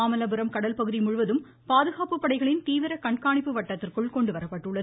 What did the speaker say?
மாமல்லபுரம் கடல் பகுதி முழுவதும் பாதுகாப்பு படைகளின் தீவிர கண்காணிப்பு வட்டத்திற்குள் கொண்டுவரப்பட்டுள்ளது